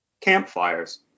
campfires